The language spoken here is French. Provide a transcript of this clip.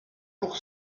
pour